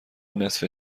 نصفه